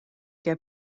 der